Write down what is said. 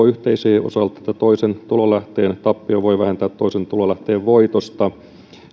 yhteisöjen osalta niin että toisen tulolähteen tappion voi vähentää toisen tulolähteen voitosta